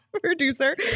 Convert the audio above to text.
producer